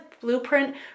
blueprint